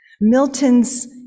Milton's